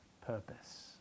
purpose